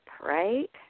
right